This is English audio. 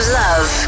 love